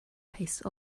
tastes